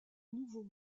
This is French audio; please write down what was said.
nouveau